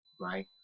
right